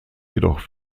jedoch